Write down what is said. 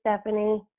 Stephanie